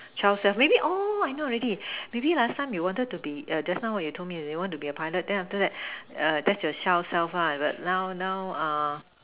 child self maybe oh I know already maybe last time you wanted to be err just now what you told me you want to be a pilot then after that that's your child self lah but now now uh